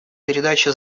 передаче